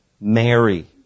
Mary